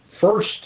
first